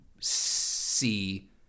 see